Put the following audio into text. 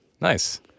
Nice